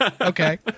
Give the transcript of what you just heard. Okay